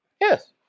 Yes